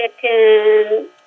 chicken